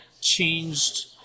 changed